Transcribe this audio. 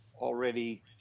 already